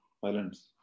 violence